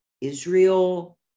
Israel